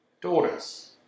Daughters